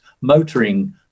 Motoring